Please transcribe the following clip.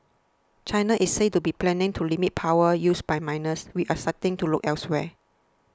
China is said to be planning to limit power use by miners which are starting to look elsewhere